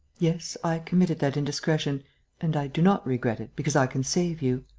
yes, i committed that indiscretion and i do not regret it, because i can save you.